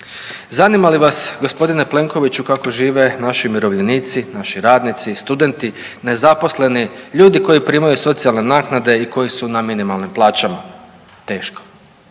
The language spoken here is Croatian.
Zanima li vas gospodine Plenkoviću kako žive naši umirovljenici, naši radnici, studenti, nezaposleni, ljudi koji primaju socijalne naknade i koji su na minimalnim plaćama. Teško